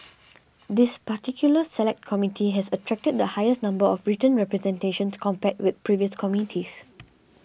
this particular Select Committee has attracted the highest number of written representations compared with previous committees